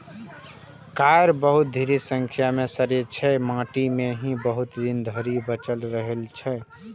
coir बहुत धीरे सं सड़ै छै, तें माटि मे ई बहुत दिन धरि बचल रहै छै